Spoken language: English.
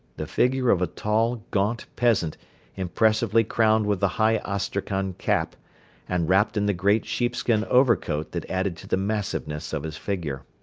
the figure of a tall, gaunt peasant impressively crowned with the high astrakhan cap and wrapped in the great sheepskin overcoat that added to the massiveness of his figure.